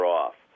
off